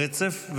ברצף,